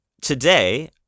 today